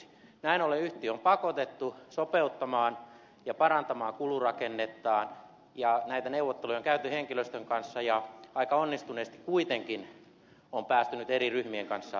näin ollen yhtiö on pakotettu sopeuttamaan ja parantamaan kulurakennettaan ja näitä neuvotteluja on käyty henkilöstön kanssa ja aika onnistuneesti kuitenkin on päästy nyt eri ryhmien kanssa sopimuksiin